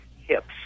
hips